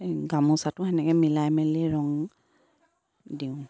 এই গামোচাটো তেনেকৈ মিলাই মেলি ৰং দিওঁ